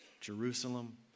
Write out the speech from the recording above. Jerusalem